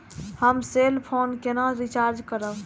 हम cell phone केना recharge करब?